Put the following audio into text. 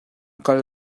kal